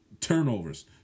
turnovers